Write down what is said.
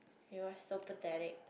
you know what's so pathetic